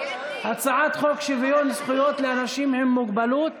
הצעת חוק שוויון זכויות לאנשים עם מוגבלות (תיקון,